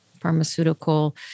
pharmaceutical